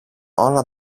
όλα